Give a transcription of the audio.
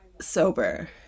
sober